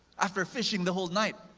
after fishing the whole night,